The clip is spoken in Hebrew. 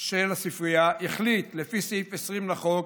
של הספרייה החליט, לפי סעיף 20 לחוק,